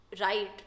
right